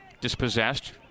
Dispossessed